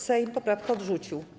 Sejm poprawkę odrzucił.